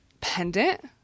pendant